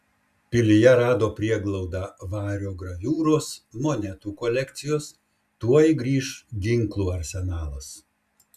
pilyje rado prieglaudą vario graviūros monetų kolekcijos tuoj grįš ginklų arsenalas